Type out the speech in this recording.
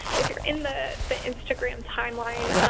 if you're in the the instagram timeline,